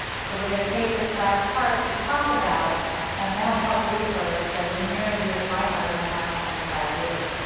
so we're gonna take this last part to talk about mental health resource that is near and dear to my heart in the last twenty five years.